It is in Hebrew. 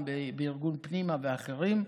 גם בארגון "פנימה" ואחרים,